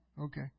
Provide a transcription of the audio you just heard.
Okay